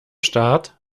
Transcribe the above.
start